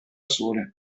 sole